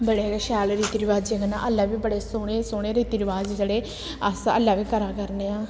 बड़े गै शैल रीति रवाजें कन्नै हल्लै बी बड़े सोह्ने सोह्ने रीति रवाज जेह्ड़े अस हल्लै बी करा करने आं